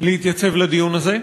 להתייצב לדיון הזה.